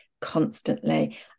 constantly